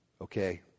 okay